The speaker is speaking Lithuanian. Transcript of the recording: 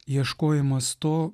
ieškojimas to